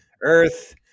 Earth